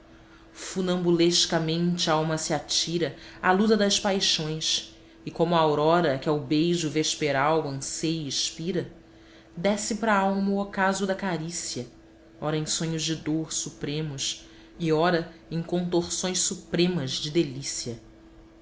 ateio funambulescamente a alma se atira à luta das paixões e como a aurora que ao beijo vesperal anseia e expira desce para a alma o ocaso da carícia ora em sonhos de dor supremos e ora em contorções supremas de delícia